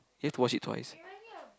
you have to watch it twice